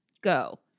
Go